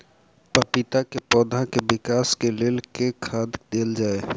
पपीता केँ पौधा केँ विकास केँ लेल केँ खाद देल जाए?